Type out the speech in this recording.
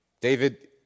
David